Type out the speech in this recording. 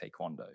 Taekwondo